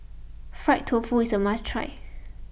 Fried Tofu is a must try